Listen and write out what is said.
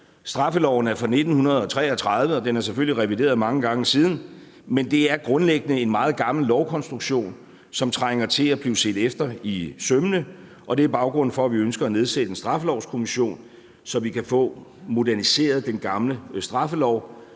Straffeloven er fra 1933, og den er selvfølgelig revideret mange gange siden, men det er grundlæggende en meget gammel lovkonstruktion, som trænger til at blive set efter i sømmene. Og det er baggrunden for, at vi ønsker at nedsætte en straffelovskommission, altså så vi kan få moderniseret den gamle straffelov